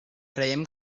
creiem